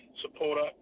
supporter